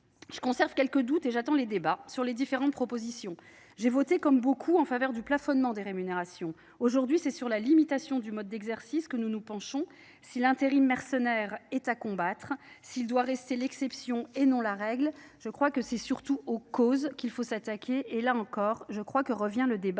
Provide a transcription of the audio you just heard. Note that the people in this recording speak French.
je conserve quelques doutes et j’attends les débats sur les différentes propositions. J’ai voté, comme beaucoup, en faveur du plafonnement des rémunérations. Aujourd’hui, c’est sur la limitation du mode d’exercice que nous nous penchons. Si l’intérim mercenaire est à combattre, s’il doit rester l’exception et non la règle, c’est surtout aux causes qu’il faut s’attaquer. Là encore revient le débat